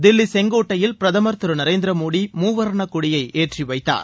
தில்லி செங்கோட்டையில் பிரதமர் திரு நரேந்திரமோடி மூவர்ண கொடியை ஏற்றி வைத்தார்